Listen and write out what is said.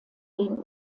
den